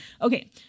Okay